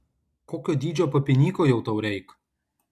kokio dydžio papinyko jau tau reik